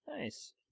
Nice